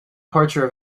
departure